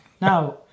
Now